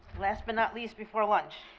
last but not least, before lunch.